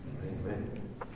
Amen